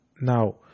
Now